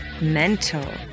Mental